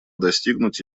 достигнуть